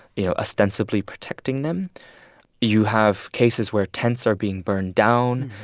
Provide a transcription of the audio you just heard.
you know ostensibly protecting them you have cases where tents are being burned down.